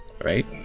Right